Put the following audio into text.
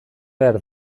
behar